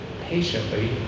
patiently